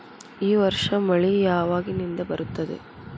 ಈ ವರ್ಷ ಮಳಿ ಯಾವಾಗಿನಿಂದ ಬರುತ್ತದೆ?